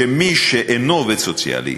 שמי שאינו עובד סוציאלי